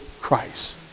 Christ